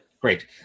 Great